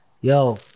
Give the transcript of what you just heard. Yo